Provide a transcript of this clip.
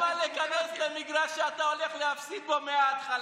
למה להיכנס למגרש שאתה הולך להפסיד בו מההתחלה?